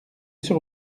sur